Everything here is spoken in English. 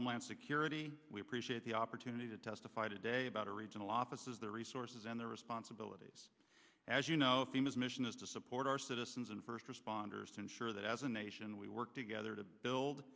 homeland security we appreciate the opera you need to testify today about our regional offices their resources and their responsibilities as you know the mission is to support our citizens and first responders to ensure that as a nation we work together to build